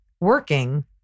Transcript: working